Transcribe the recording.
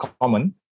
common